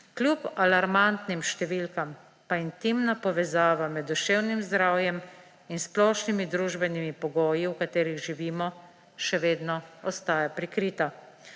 Kljub alarmantnim številkam pa intimna povezava med duševnim zdravjem in splošnimi družbenimi pogoji, v katerih živimo, še vedno ostaja prikrita.